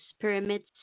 pyramids